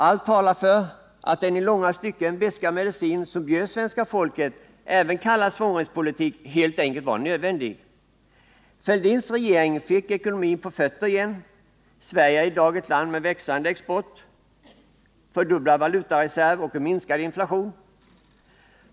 Allt talar för att den i långa stycken beska medicin som bjöds svenska folket, även kallad ”svångremspolitik”, helt enkelt var nödvändig. Thorbjörn Fälldins regering fick ekonomin på fötter igen. Sverige är i dag ett land med växande export, fördubblad valutareserv och minskad inflation.